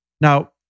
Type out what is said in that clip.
Now